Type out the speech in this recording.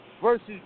versus